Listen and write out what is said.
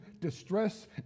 distress